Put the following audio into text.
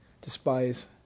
despise